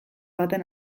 baten